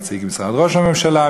נציג משרד ראש הממשלה,